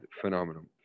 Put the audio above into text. phenomenon